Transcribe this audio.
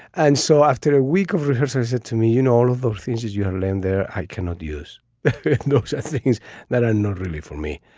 and so after a week of rehearsals it to me you know all of those things is your land there. i cannot use it looks at things that are not really for me.